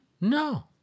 No